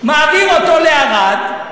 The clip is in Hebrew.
מעביר אותו לערד,